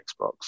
Xbox